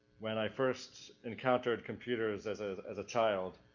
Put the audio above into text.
when i first encountered computers as a, as a child,